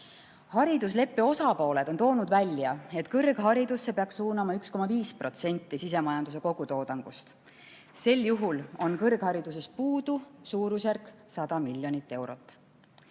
Haridusleppe osapooled on toonud välja, et kõrgharidusse peaks suunama 1,5% sisemajanduse kogutoodangust. Sel juhul on kõrghariduses puudu suurusjärgus 100 miljonit eurot.